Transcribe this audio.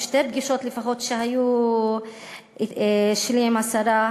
בשתי פגישות לפחות שהיו לי עם השרה,